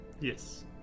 Yes